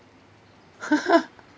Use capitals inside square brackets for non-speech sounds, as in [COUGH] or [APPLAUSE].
[LAUGHS]